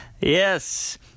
Yes